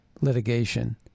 litigation